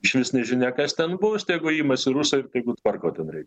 išvis nežinia kas ten bus tegu imasi rusai tegu tvarko ten rei